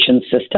system